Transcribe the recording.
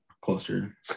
closer